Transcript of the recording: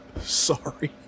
sorry